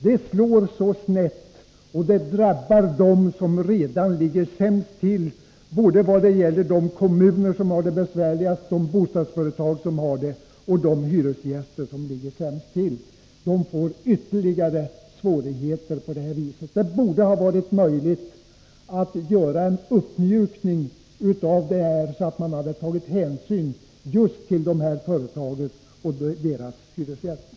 Det här slår så snett och det drabbar dem, såväl kommuner som bostadsföretag och hyresgäster, som ligger sämst till. De får på det här viset ytterligare svårigheter. Det borde ha varit möjligt att göra en uppmjukning så att man tagit hänsyn till dessa företag och deras hyresgäster.